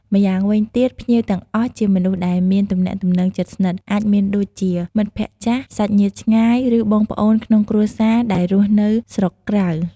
ម្យ៉ាងវិញទៀត ភ្ញៀវទាំងអស់ជាមនុស្សដែលមានទំនាក់ទំនងជិតស្និទ្ធ អាចមានដូចជា មិត្តភក្តិចាស់ សាច់ញាតិឆ្ងាយ ឬបងប្អូនក្នុងគ្រួសារដែលរស់នៅស្រុកក្រៅ។